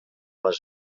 les